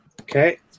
Okay